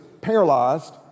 paralyzed